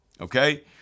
Okay